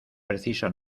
preciso